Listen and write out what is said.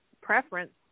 preference